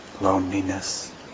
Loneliness